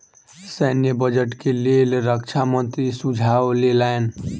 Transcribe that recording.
सैन्य बजट के लेल रक्षा मंत्री सुझाव लेलैन